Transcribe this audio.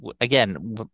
Again